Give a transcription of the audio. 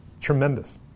tremendous